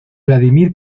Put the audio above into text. vladimir